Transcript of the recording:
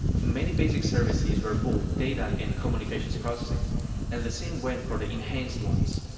many basic services were both data and communications processing and the same went for the enhanced ones.